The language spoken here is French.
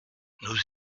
nous